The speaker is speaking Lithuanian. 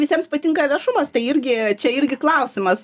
visiems patinka viešumas tai irgi čia irgi klausimas